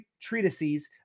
treatises